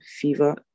fever